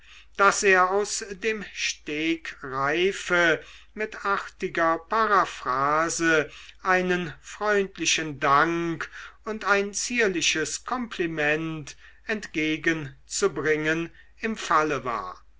daß er aus dem stegreife mit artiger paraphrase einen freundlichen dank und ein zierliches kompliment entgegenzubringen im falle war